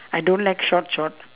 I don't like short short